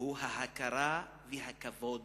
הוא ההכרה והכבוד,